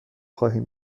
خواهیم